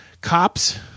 Cops